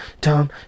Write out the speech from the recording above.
Tom